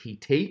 PT